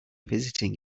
visiting